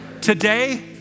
Today